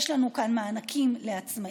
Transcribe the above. יש לנו כאן מענקים לעצמאים,